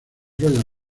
royal